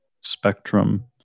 spectrum